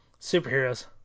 Superheroes